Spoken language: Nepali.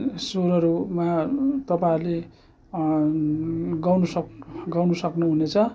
सुरहरूमा तपाईँहरूले गाउन सक्नु गाउन सक्नु हुनेछ